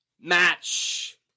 match